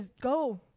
go